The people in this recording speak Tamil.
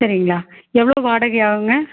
சரிங்களா எவ்வளோ வாடகை ஆவுங்க